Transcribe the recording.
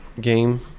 game